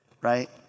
right